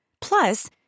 Plus